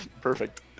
Perfect